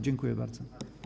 Dziękuję bardzo.